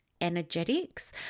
energetics